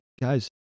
guys